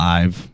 Live